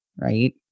right